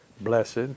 blessed